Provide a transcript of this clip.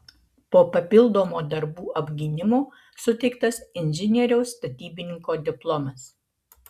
po papildomo darbų apgynimo suteiktas inžinieriaus statybininko diplomas